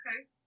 Okay